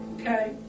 okay